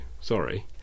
sorry